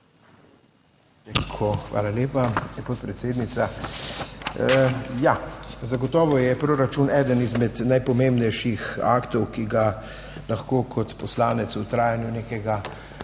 Hvala lepa, podpredsednica. Ja, zagotovo je proračun eden izmed najpomembnejših aktov, ki ga lahko kot poslanec v trajanju nekega